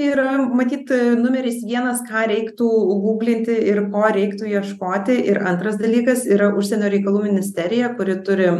yra matyt numeris vienas ką reiktų guglinti ir ko reiktų ieškoti ir antras dalykas yra užsienio reikalų ministerija kuri turi